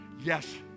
Yes